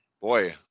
Boy